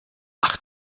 ach